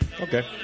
Okay